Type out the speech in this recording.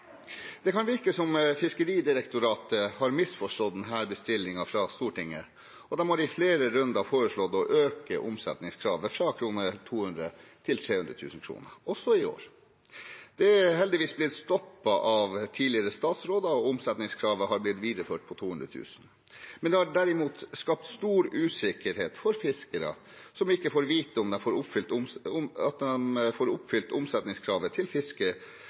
Det kan virke som Fiskeridirektoratet har misforstått denne bestillingen fra Stortinget, for de har i flere runder foreslått å øke omsetningskravet fra 200 000 kr til 300 000 kr – også i år. Det har heldigvis blitt stoppet av tidligere statsråder, og omsetningskravet har blitt videreført på 200 000 kr. Det har derimot skapt stor usikkerhet for fiskere som ikke får vite om de får oppfylt